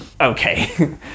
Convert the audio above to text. Okay